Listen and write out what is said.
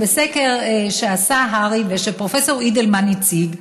בסקר שעשה הר"י ושפרופסור אידלמן הציג,